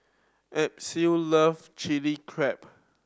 Azzie love Chilli Crab